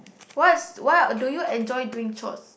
what's what do you enjoy doing chores